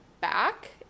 back